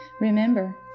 Remember